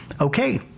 Okay